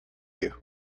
you